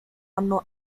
anno